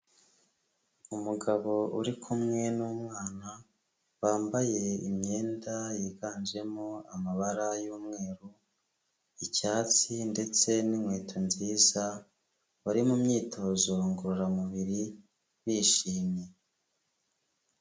Umugabo uri kumwe n'umwana, bambaye imyenda yiganjemo amabara y'umweru, icyatsi ndetse n'inkweto nziza, bari mu myitozo ngororamubiri bishimye.